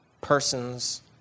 persons